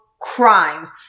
crimes